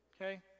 okay